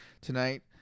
tonight